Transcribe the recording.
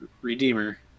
Redeemer